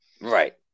right